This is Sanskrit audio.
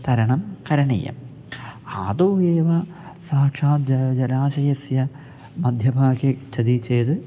तरणं करणीयं आदौ एव साक्षात् जा जलाशयस्य मध्यभागे गच्छति चेत्